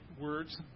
words